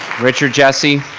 richard jesse.